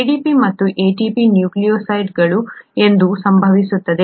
ADP ಮತ್ತು ATP ನ್ಯೂಕ್ಲಿಯೊಟೈಡ್ಗಳು ಎಂದು ಅದು ಸಂಭವಿಸುತ್ತದೆ